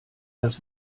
das